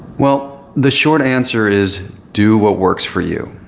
well, the short answer is do what works for you.